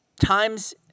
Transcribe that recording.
times